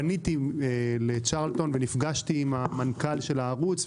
פניתי לצ'רלטון ונפגשתי עם המנכ"ל של הערוץ,